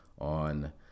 on